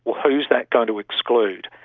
who is that going to exclude?